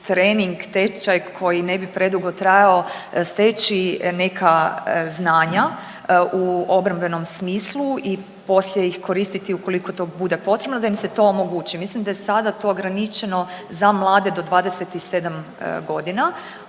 trening, tečaj koji ne bi predugo trajao steći neka znanja u obrambenom smislu i poslije ih koristiti ukoliko to bude potrebno da im se to omogući. Mislim da je to sada ograničeno za mlade do 27 godina,